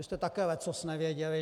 Vy jste také leccos nevěděli.